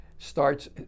starts